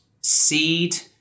Seed